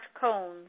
cones